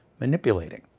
manipulating